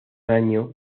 año